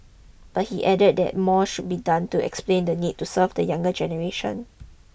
but he added that more should be done to explain the need to serve the younger generation